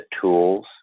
tools